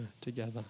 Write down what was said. together